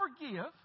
forgive